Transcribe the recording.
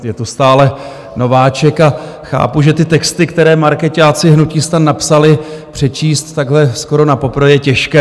Je to stále nováček a chápu, že ty texty, které markeťáci hnutí STAN napsali, přečíst takhle skoro napoprvé je těžké.